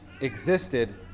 existed